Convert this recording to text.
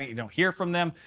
you don't hear from them.